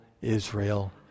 Israel